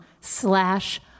slash